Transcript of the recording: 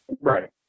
right